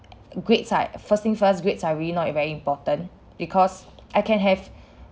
grades are first thing first grades are really not very important because I can have